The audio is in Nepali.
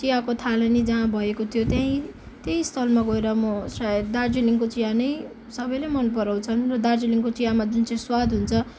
चियाको थालनी जहाँ भएको थियो त्यहीँ त्यही स्थलमा गएर म सायद दार्जिलिङको चिया नै सबैले मन पराउँछन् र दार्जिलिङको चियामा जुन चाहिँ स्वाद हुन्छ